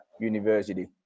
University